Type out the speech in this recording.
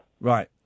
Right